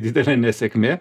didelė nesėkmė